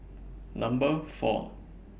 Number four